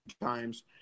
times